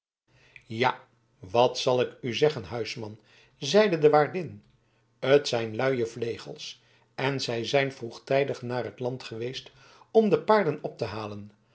ja wat zal ik u zeggen huisman zeide de waardin t zijn luie vlegels en zij zijn vroegtijdig naar het land geweest om de paarden op te halen